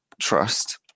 trust